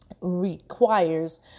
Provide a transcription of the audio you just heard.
requires